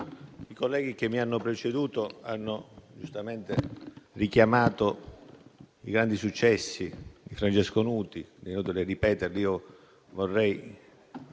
i colleghi che mi hanno preceduto hanno giustamente richiamato i grandi successi di Francesco Nuti.